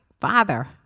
father